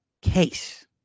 case